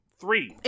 Three